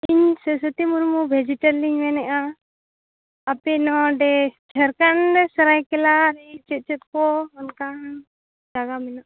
ᱤᱧ ᱥᱚᱨᱚᱥᱚᱛᱤ ᱢᱩᱨᱢᱩ ᱵᱷᱮᱡᱤᱴᱮᱞ ᱤᱧ ᱢᱮᱱᱮᱫᱼᱟ ᱟᱯᱮ ᱱᱚᱸᱰᱮ ᱡᱷᱟᱲᱠᱷᱚᱱᱰ ᱥᱚᱨᱟᱭᱠᱮᱞᱟ ᱨᱮ ᱪᱮᱫ ᱪᱮᱫ ᱠᱚ ᱚᱱᱠᱟ ᱡᱟᱭᱜᱟ ᱢᱮᱱᱟᱜᱼᱟ